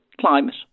climate